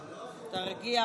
תרגיע.